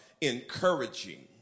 encouraging